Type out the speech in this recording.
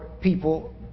people